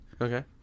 Okay